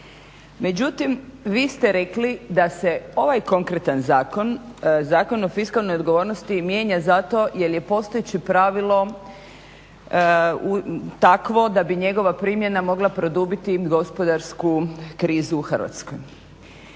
Međutim, vi ste rekli da se ovaj konkretan Zakon, Zakon o fiskalnoj odgovornosti mijenja zato jer je postojeće pravilo takvo da bi njegova primjena mogla produbiti gospodarsku krizu u Hrvatskoj.